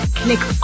click